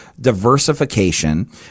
diversification